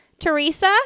Teresa